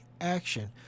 action